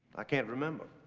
i can't remember.